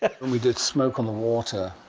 and we did smoke on the water,